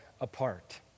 apart